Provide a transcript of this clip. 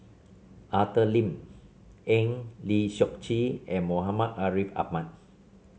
Arthur Lim Eng Lee Seok Chee and Muhammad Ariff Ahmad